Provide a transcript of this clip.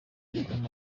amatsinda